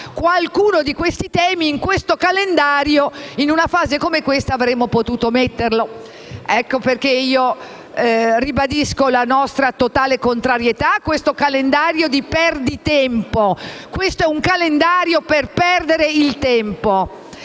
qualcuno di questi temi, in una fase come quella attuale, avremmo potuto trattarlo. Ecco perché io ribadisco la nostra totale contrarietà a questo calendario di perditempo. Questo è un calendario per perdere il tempo